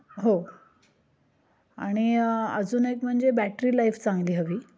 हो आणि अजून एक म्हणजे बॅटरी लाईफ चांगली हवी